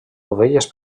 dovelles